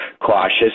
cautious